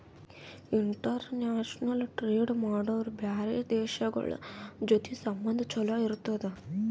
international trade ಮಾಡುರ್ ಬ್ಯಾರೆ ದೇಶಗೋಳ್ ಜೊತಿ ಸಂಬಂಧ ಛಲೋ ಇರ್ತುದ್